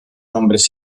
hombres